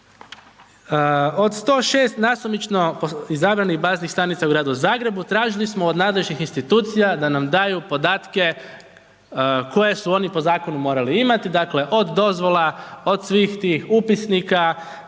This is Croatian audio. od 106 nasumično izabranih baznih stanica u gradu Zagrebu, tražili smo od nadležnih institucija da nam daju podatke koje su oni po zakonu morali imati, dakle od dozvola, od svih tih upisnika